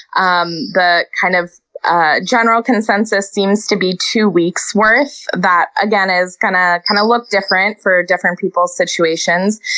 um the kind of ah general consensus seems to be two weeks' worth. that, again, is going to kind of look different for different people's situations.